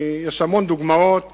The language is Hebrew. יש המון דוגמאות